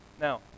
Now